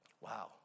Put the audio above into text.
wow